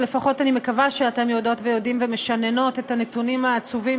או לפחות אני מקווה שאתם יודעות ויודעים ומשננות את הנתונים העצובים,